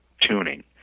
tuning